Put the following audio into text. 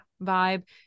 vibe